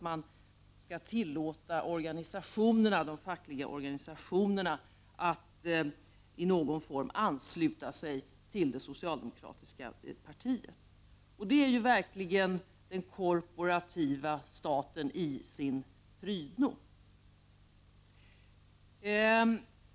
Man skall nämligen tillåta de fackliga organisationerna att i någon form ansluta sig till det socialdemokratiska partiet. Det är verkligen den korporativa staten i sin prydno.